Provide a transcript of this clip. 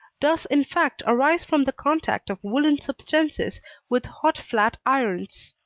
does in fact arise from the contact of woollen substances with hot flat-irons.